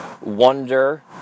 wonder